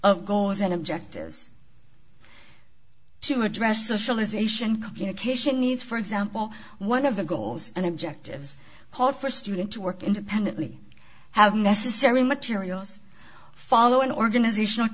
of goals and objectives to address a solicitation communication needs for example one of the goals and objectives hall for student to work independently have necessary materials follow an organizational